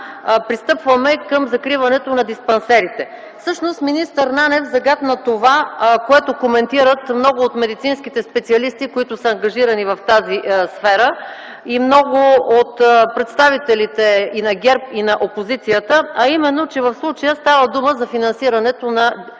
пристъпваме към закриването на диспансерите? Всъщност, министър Нанев загатна това, което коментират много от медицинските специалисти, които са ангажирани в тази сфера, и много от представителите и на ГЕРБ, и на опозицията, а именно, че в случая става дума за финансирането на диспансерите